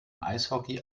eishockey